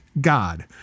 God